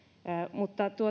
mutta